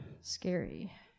scary